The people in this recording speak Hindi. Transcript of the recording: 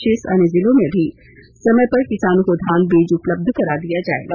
शेष अन्य जिलों में भी समय पर किसानों को धान बीज उपलब्ध करा दिया जायेगा